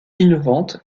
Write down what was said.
innovantes